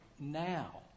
now